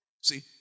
See